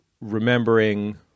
remembering